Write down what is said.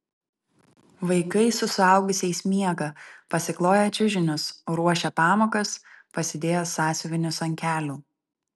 vaikai su suaugusiais miega pasikloję čiužinius ruošia pamokas pasidėję sąsiuvinius ant kelių